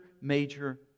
major